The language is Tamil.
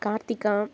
கார்த்திகா